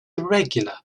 irregular